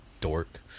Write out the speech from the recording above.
Dork